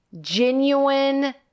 genuine